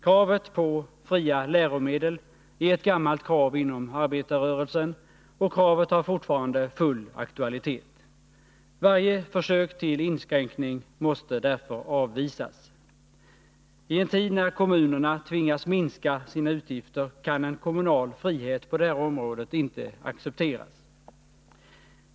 Kravet på fria läromedel är ett gammalt krav inom arbetarrörelsen, och kravet har fortfarande full aktualitet. Varje försök till inskränkning måste därför avvisas. I en tid när kommunerna tvingas minska sina utgifter kan en kommunal frihet på det här området inte accepteras.